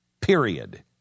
period